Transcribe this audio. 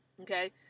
okay